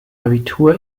abitur